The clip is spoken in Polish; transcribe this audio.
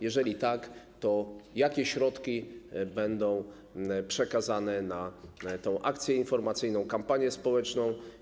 Jeżeli tak, to jakie środki będą przekazane na tę akcję informacyjną, kampanię społeczną?